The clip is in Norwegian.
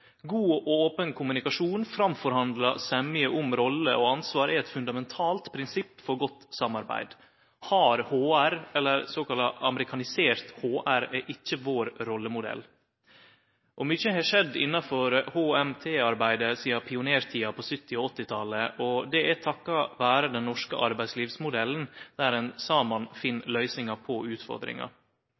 God og open kommunikasjon, framforhandla semje om roller og ansvar er eit fundamentalt prinsipp for godt samarbeid. Hard HR, eller såkalla amerikanisert HR, er ikkje vår rollemodell. Mykje har skjedd innanfor HMT-arbeidet sidan pionertida på 1970- og 1980-talet, og det er takka vere den norske arbeidslivsmodellen der ein saman finn løysingar på utfordringar.